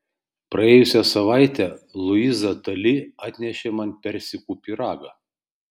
praėjusią savaitę luiza tali atnešė man persikų pyragą